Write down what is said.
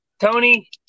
Tony